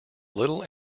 little